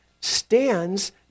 stands